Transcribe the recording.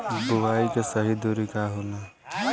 बुआई के सही दूरी का होला?